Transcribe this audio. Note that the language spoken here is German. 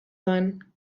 sein